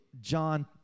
John